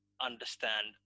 understand